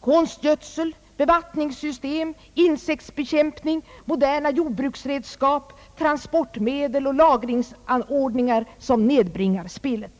konstgödsel, bevattningssystem, insektsbekämpning, moderna jordbruksredskap, transportmedel och lagringsanordningar som nedbringar spillet.